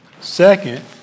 Second